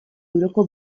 euroko